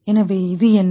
எனவே இது என்ன